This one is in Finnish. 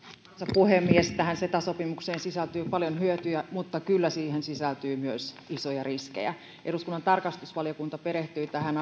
puhemies tähän ceta sopimukseen sisältyy paljon hyötyjä mutta kyllä siihen sisältyy myös isoja riskejä eduskunnan tarkastusvaliokunta perehtyi tähän